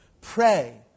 Pray